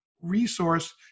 resource